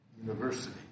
university